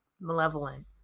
Malevolent